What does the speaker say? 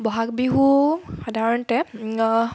বহাগ বিহু সাধাৰণতে